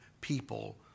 people